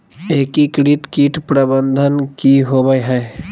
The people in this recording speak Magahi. एकीकृत कीट प्रबंधन की होवय हैय?